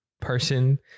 person